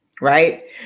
right